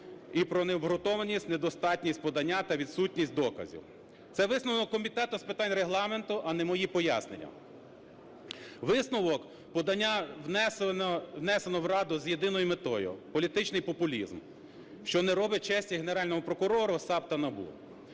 і про необґрунтованість, недостатність подання та відсутність доказів. Це висновок Комітету з питань Регламенту, а не мої пояснення. Висновок: подання внесено в Раду з єдиною метою – політичний популізм, що не робить честі Генеральному прокурору, САП та НАБУ.